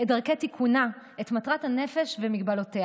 את דרכי תיקונה, את מטרת הנפש ומגבלותיה.